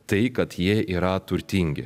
tai kad jie yra turtingi